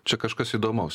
čia kažkas įdomaus